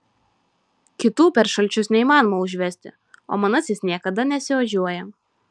kitų per šalčius neįmanoma užvesti o manasis niekada nesiožiuoja